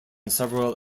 several